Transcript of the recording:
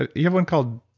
ah you have one called.